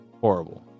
Horrible